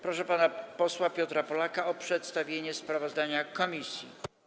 Proszę pana posła Piotra Polaka o przedstawienie sprawozdania komisji.